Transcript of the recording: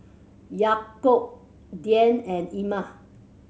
Yaakob Dian and Iman